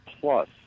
plus